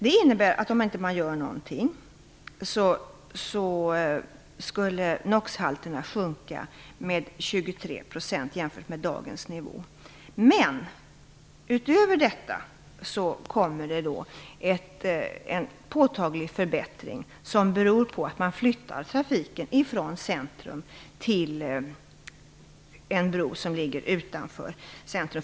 Om ingenting görs skulle alltså NOX-halterna sjunka med 23 % jämfört med dagens nivå. Men därutöver blir det en påtaglig förbättring beroende på att trafiken flyttas från centrum till en bro utanför centrum.